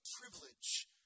privilege